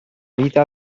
vita